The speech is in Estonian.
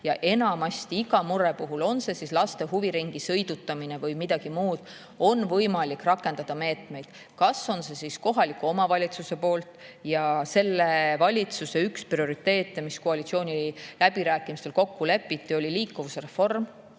Enamasti on iga mure puhul, on see laste huviringi sõidutamine või midagi muud, võimalik rakendada meetmeid, [näiteks] kohaliku omavalitsuse poolt. Selle valitsuse üks prioriteete, mis koalitsiooniläbirääkimistel kokku lepiti, oli liikuvusreform